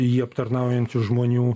jį aptarnaujančių žmonių